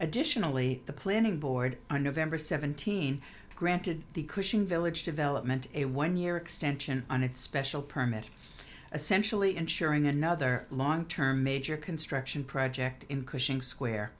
additionally the planning board on nov seventeenth granted the cushing village development a one year extension on its special permit essentially insuring another long term major construction project in cushing square